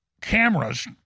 cameras